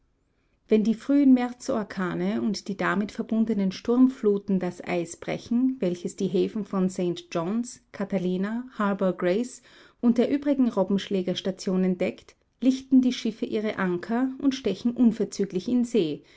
wenn die frühen märzorkane und die damit verbundenen sturmfluten das eis brechen welches die häfen von st johns catalina harbor grace und der übrigen robbenschlägerstationen deckt lichten die schiffe die anker und stechen unverzüglich in see